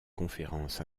conférences